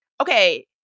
okay